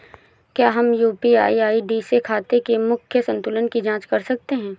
क्या हम UPI ID से खाते के मूख्य संतुलन की जाँच कर सकते हैं?